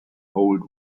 old